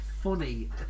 funny